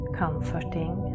comforting